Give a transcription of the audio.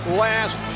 last